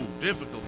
difficult